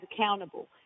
accountable